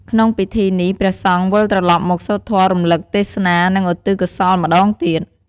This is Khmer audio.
ក្នុងពិធីនេះ ព្រះសង្ឃវិលត្រឡប់មកសូត្រធម៌រលឹក ទេសនា និង ឧទ្ទិសកុសលម្ដងទៀត។